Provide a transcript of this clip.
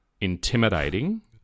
intimidating